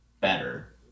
better